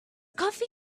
coffee